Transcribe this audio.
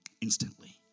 instantly